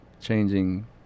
changing